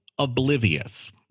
oblivious